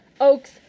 Oaks-